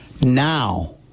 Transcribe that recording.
now